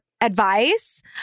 advice